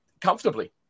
comfortably